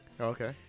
Okay